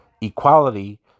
equality